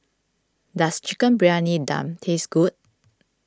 does Chicken Briyani Dum taste good